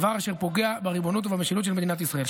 דבר אשר פוגע בריבונות ובמשילות של מדינת ישראל,